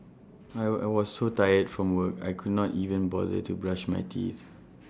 I will I was so tired from work I could not even bother to brush my teeth